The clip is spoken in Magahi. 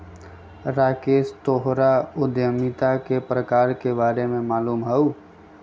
राकेश तोहरा उधमिता के प्रकार के बारे में मालूम हउ